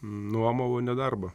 nuomą o ne darbą